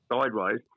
sideways